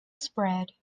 spread